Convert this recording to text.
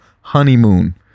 honeymoon